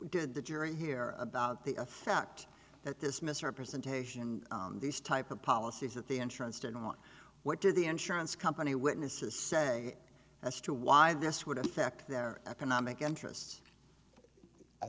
did the jury hear about the fact that this misrepresentation on these type of policies that the insurance turned on went to the insurance company witnesses sorry as to why this would affect their economic interests i